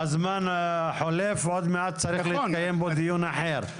הזמן חולף עוד מעט צריך להתקיים פה דיון אחר.